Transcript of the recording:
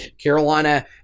Carolina